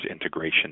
Integration